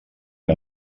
que